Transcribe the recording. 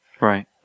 Right